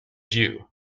you